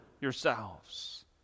yourselves